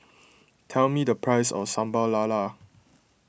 tell me the price of Sambal Lala